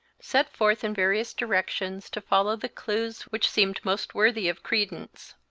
set forth in various directions to follow the clews which seemed most worthy of credence.